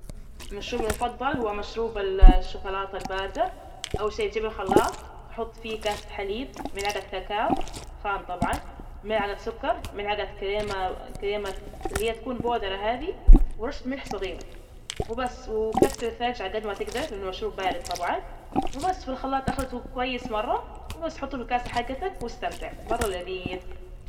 مشروبى المفضل هو مشروب الشوكولاتة الباردة أول شي، تجيب الخلاط تحط فيه كاسة حليب ملعجة كاكاو خام طبعا ملعجة سكر ملعجة كريمة- كريمة اللي هي تكون بودرة هذى ورشة ملح صغيرة وبس، وكثر ثلج عجد ما تجدر لإنه مشروب بارد طبعا وبس في الخلاط أخلطه كويس مرة وبس حطوه في الكاسة حجتك واستمتع مرة لذيذ.